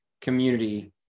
community